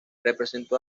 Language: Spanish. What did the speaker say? representó